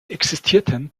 existierten